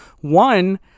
One